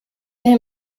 him